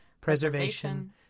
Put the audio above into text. preservation